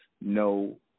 no